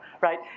right